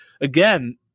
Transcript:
again